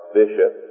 bishop